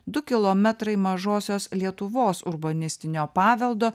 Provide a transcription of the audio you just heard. du kilometrai mažosios lietuvos urbanistinio paveldo